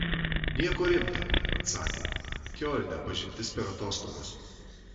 nieko rimta atsakė kiolne pažintis per atostogas